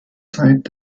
zeit